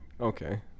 Okay